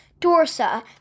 dorsa